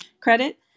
credit